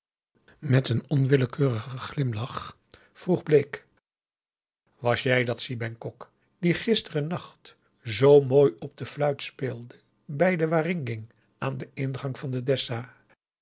met een onwillekeurigen glimlach vroeg bake was jij dat si bengkok die gisteren nacht zoo mooi op de fluit speelde bij den waringin aan den ingang van de dessa